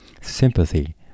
sympathy